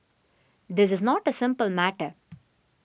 this is not a simple matter